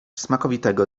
smakowitego